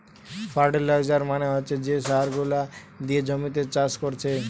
fertiliser মানে হচ্ছে যে সার গুলা দিয়ে জমিতে চাষ কোরছে